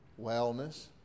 wellness